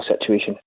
situation